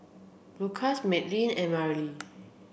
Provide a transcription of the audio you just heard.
Lukas Madelynn and Marilee